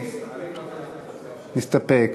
אני מסתפק.